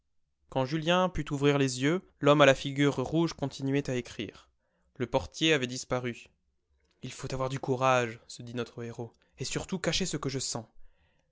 quand julien put ouvrir les yeux l'homme à la figure rouge continuait à écrire le portier avait disparu il faut avoir du courage se dit notre héros et surtout cacher ce que je sens